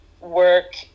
work